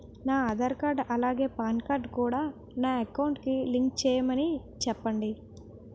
నా ఆధార్ కార్డ్ అలాగే PAN card కూడా నా అకౌంట్ కి లింక్ చేయమని చెప్పండి